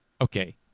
Okay